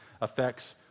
affects